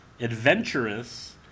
adventurous